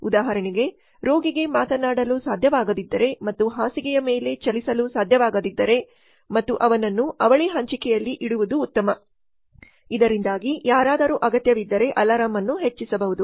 ಉದಾಹರಣೆಗೆ ರೋಗಿಗೆ ಮಾತನಾಡಲು ಸಾಧ್ಯವಾಗದಿದ್ದರೆ ಮತ್ತು ಹಾಸಿಗೆಯ ಮೇಲೆ ಚಲಿಸಲು ಸಾಧ್ಯವಾಗದಿದ್ದರೆ ಮತ್ತು ಅವನನ್ನು ಅವಳಿ ಹಂಚಿಕೆಯಲ್ಲಿ ಇಡುವುದು ಉತ್ತಮ ಇದರಿಂದಾಗಿ ಯಾರಾದರೂ ಅಗತ್ಯವಿದ್ದರೆ ಅಲಾರಂ ಅನ್ನು ಹೆಚ್ಚಿಸಬಹುದು